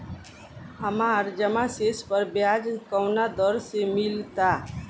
हमार जमा शेष पर ब्याज कवना दर से मिल ता?